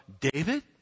David